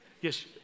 Yes